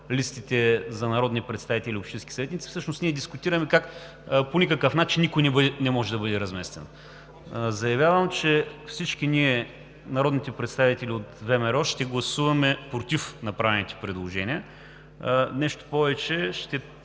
листите за народни представители или общински съветници, всъщност ние дискутираме как по никакъв начин никой не може да бъде разместен. Заявявам, че всички ние, народните представители от ВМРО, ще гласуваме против направените предложения. Нещо повече,